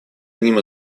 одним